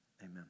amen